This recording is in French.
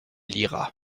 lira